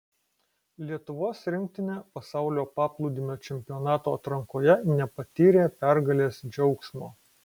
lietuvos rinktinė pasaulio paplūdimio čempionato atrankoje nepatyrė pergalės džiaugsmo